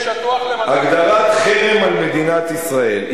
הגדרת חרם על מדינת ישראל,